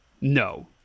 no